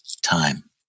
time